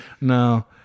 no